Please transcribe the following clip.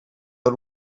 but